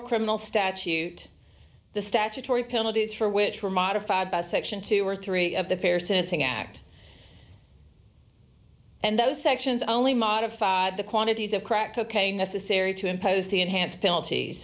criminal statute the statutory penalties for which were modified by section two or three of the fair sentencing act and those sections only modified the quantities of crack cocaine necessary to impose the enhanced penalties